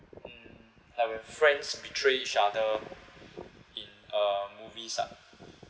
mm like when friends betray each other in uh movies lah